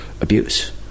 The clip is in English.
abuse